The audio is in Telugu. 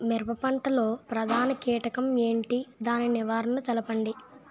మిరప పంట లో ప్రధాన కీటకం ఏంటి? దాని నివారణ తెలపండి?